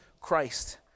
Christ